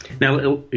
Now